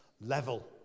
level